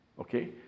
okay